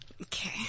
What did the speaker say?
Okay